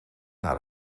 naar